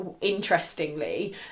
interestingly